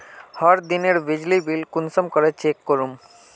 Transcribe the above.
हर दिनेर बिजली बिल कुंसम करे चेक करूम?